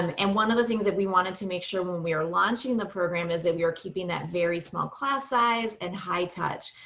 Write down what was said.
and and one of the things that we wanted to make sure when we were launching the program is that we are keeping that very small class size and high touch.